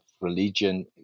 religion